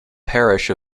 parish